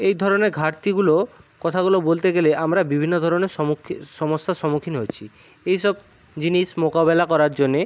এই ধরণের ঘাটতিগুলো কথাগুলো বলতে গেলে আমরা বিভিন্ন ধরনের সমুক্ষী সমস্যার সম্মুখীন হয়েছি এই সব জিনিস মোকাবেলা করার জন্যে